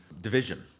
division